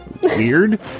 Weird